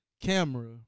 camera